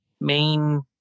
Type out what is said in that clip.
main